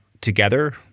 together